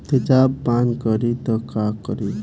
तेजाब पान करी त का करी?